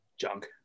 junk